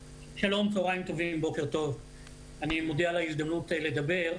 שלום, צוהריים טובים, אני מודה על ההזדמנות לדבר.